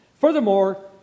Furthermore